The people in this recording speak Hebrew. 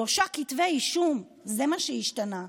שלושה כתבי אישום, זה מה שהשתנה,